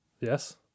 yes